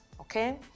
Okay